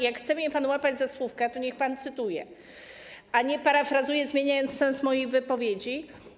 Jak chce mnie pan łapać za słówka, to niech pan cytuje, a nie parafrazuje, zmieniając sens mojej wypowiedzi.